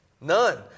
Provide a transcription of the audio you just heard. None